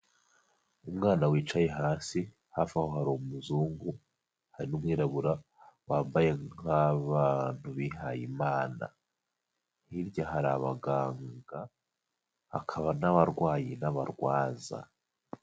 Umwana wicaye hasi, hafi aho hari umuzungu, hari umwirabura wambaye nk'abantu bihaye Imana, hirya hari abaganga, hakaba n'abarwayi n'abarwaza.